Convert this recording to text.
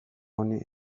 honi